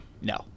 No